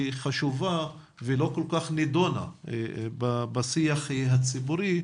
חשובה ולא כל כך נידונה בשיח הציבורי,